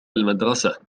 المدرسة